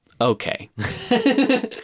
Okay